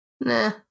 nah